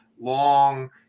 long